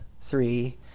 three